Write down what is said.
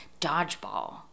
dodgeball